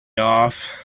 off